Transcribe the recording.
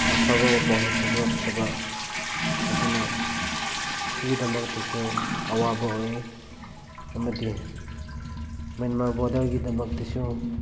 ꯑꯐꯕ ꯄꯨꯔꯛꯇꯕ ꯑꯗꯨꯅ ꯁꯤꯒꯤꯗꯃꯛꯇꯁꯨ ꯑꯋꯥꯕ ꯑꯣꯏꯌꯦ ꯑꯃꯗꯤ ꯃꯦꯟꯃꯥꯔ ꯕꯣꯔꯗꯔꯒꯤꯗꯃꯛꯇꯁꯨ